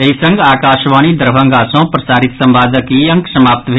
एहि संग आकाशवाणी दरभंगा सँ प्रसारित संवादक ई अंक समाप्त भेल